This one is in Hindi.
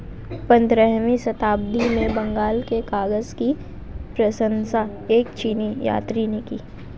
पंद्रहवीं शताब्दी में बंगाल के कागज की प्रशंसा एक चीनी यात्री ने की